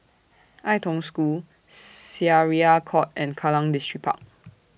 Ai Tong School Syariah Court and Kallang Distripark